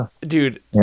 dude